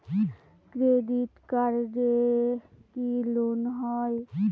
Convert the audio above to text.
Credit কার্ডে কি loan হয়?